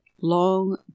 long